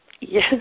yes